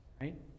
right